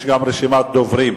יש גם רשימת דוברים.